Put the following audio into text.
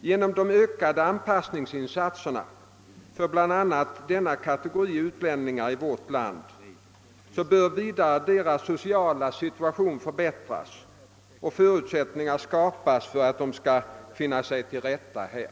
Genom de ökade anpassningsinsatserna för bl.a. denna kategori utlänningar i vårt land bör vidare deras sociala situation förbättras och förutsättningar skapas för att de skall finna sig till rätta här.